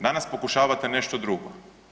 Danas pokušavate nešto drugo.